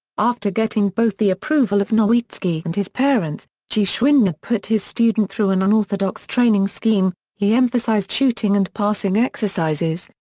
after getting both the approval of nowitzki and his parents, geschwindner put his student through an unorthodox training scheme he emphasized shooting and passing exercises,